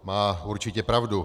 Má určitě pravdu.